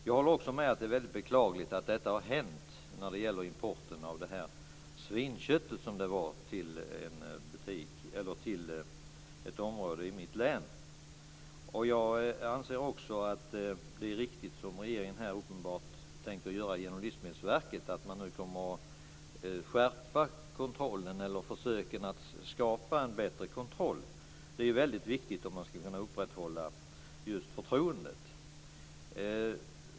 Jag håller med om att det är väldigt beklagligt att detta hänt, detta med importen av svinköttet, som det var, till ett område i mitt län. Jag anser också att det är riktigt, det som regeringen här uppenbarligen tänker göra genom Livsmedelsverket, att man nu kommer att skärpa försöken att skapa en bättre kontroll. Det är väldigt viktigt om man ska kunna upprätthålla förtroendet.